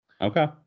Okay